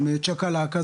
עם צ'קלקה,